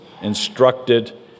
instructed